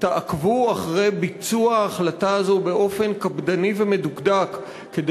תעקבו אחרי ביצוע ההחלטה הזו באופן קפדני ומדוקדק כדי